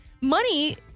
money